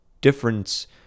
difference